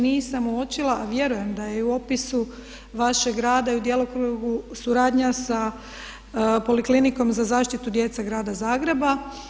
Nisam uočila ali vjerujem da je i u opisu vašeg rada i u djelokrugu suradnja sa Poliklinikom za zaštitu djece grada Zagreba.